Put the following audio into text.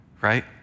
right